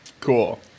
Cool